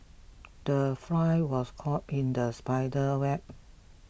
the fly was caught in the spider web